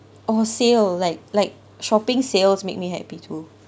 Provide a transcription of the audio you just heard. oh sale like like shopping sales make me happy too